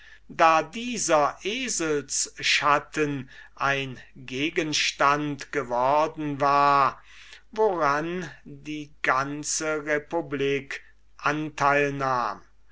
da dieser eselsschatten ein gegenstand geworden war an dem die ganze republik anteil nahm